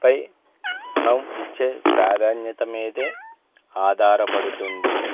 పై మనం ఇచ్చే ప్రాధాన్యత మీదే ఆధారపడుతుంది